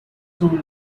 soon